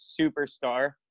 superstar